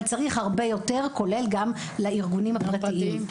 אבל צריך הרבה יותר, כולל גם לארגונים הפרטיים.